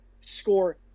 score